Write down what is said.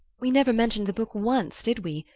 we never mentioned the book once, did we,